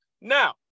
Now